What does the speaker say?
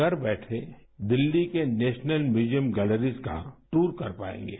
घर बैठे दिल्ली के नेशनल म्यूजियम गैलरीज का दर कर पाएंगे